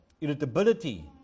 irritability